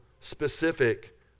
specific